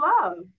love